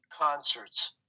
concerts